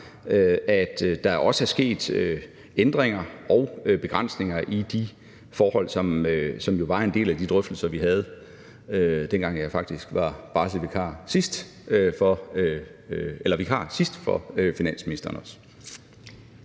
at der også er sket ændringer og begrænsninger i de forhold, som jo var en del af de drøftelser, vi havde, dengang jeg sidst var vikar for finansministeren.